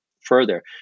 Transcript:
further